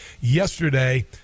yesterday